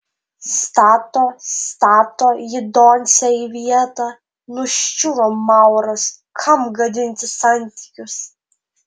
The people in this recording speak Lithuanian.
stato stato jį doncė į vietą nuščiuvo mauras kam gadinti santykius